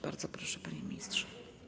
Bardzo proszę, panie ministrze.